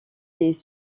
des